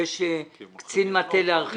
יש קצין מטה לארכיאולוגיה?